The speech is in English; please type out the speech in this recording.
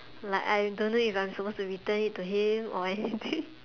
like I don't know if I'm suppose to return it to him or I